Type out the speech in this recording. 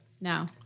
now